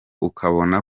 ukabona